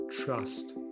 trust